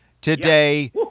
today